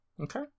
Okay